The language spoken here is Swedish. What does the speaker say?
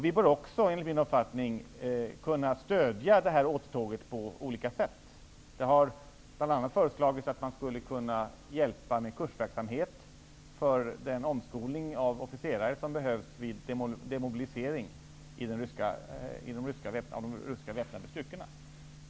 Vi bör också enligt min uppfattning kunna stödja detta återtåg på olika sätt. Det har bl.a. föreslagits att man skulle kunna hjälpa till med kursverksamhet för den omskolning av officerare som behövs vid demobilisering av de ryska väpnade styrkorna.